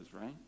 right